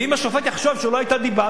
ואם השופט יחשוב שלא היתה דיבה,